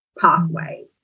pathways